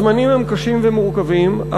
הזמנים קשים ומורכבים,